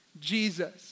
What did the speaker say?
Jesus